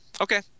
okay